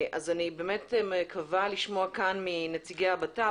אני מקווה לשמוע כאן מנציגי הבט"פ,